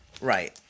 right